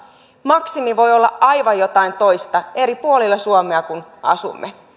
maksimi voi olla aivan jotain toista eri puolilla suomea kun asumme